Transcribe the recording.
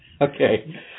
Okay